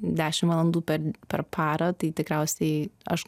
dešim valandų per per parą tai tikriausiai aš